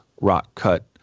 rock-cut